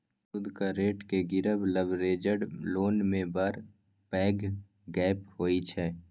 सुदक रेट केँ गिरब लबरेज्ड लोन मे बड़ पैघ गप्प होइ छै